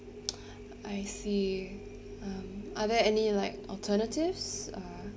I see um are there any like alternatives uh